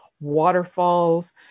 waterfalls